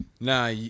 Nah